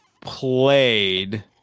played